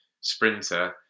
sprinter